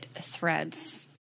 threads